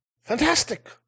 fantastic